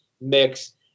mix